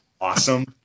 awesome